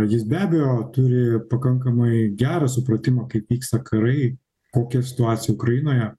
jis be abejo turi pakankamai gerą supratimą kaip vyksta karai kokia situacija ukrainoje